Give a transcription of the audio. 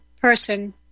person